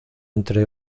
entre